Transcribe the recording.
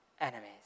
enemies